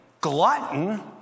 glutton